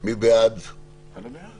מי בעד ההסתייגות?